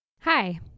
Hi